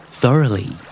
thoroughly